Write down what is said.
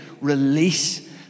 release